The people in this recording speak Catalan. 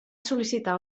sol·licitar